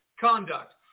conduct